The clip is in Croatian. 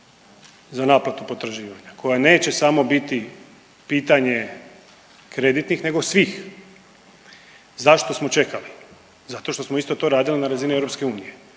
za naplatu potraživanja koja neće samo biti pitanje kreditnih nego svih. Zašto smo čekali? Zato što smo isto to radili na razini EU